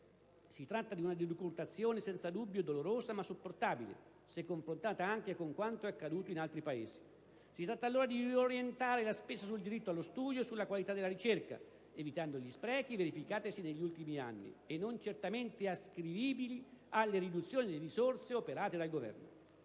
Si tratta di una decurtazione senza dubbio dolorosa, ma sopportabile se confrontata anche con quanto è accaduto in altri Paesi. Si tratta allora di riorientare la spesa sul diritto allo studio e sulla qualità della ricerca, evitando gli sprechi verificatisi negli ultimi anni e non certamente ascrivibili alle riduzioni di risorse operate dal Governo.